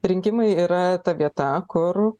rinkimai yra ta vieta kur